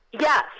Yes